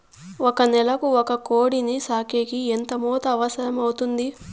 ఒక నెలకు ఒక కోడిని సాకేకి ఎంత మేత అవసరమవుతుంది?